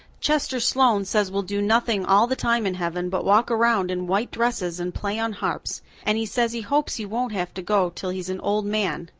chester sloane says we'll do nothing all the time in heaven but walk around in white dresses and play on harps and he says he hopes he won't have to go till he's an old man,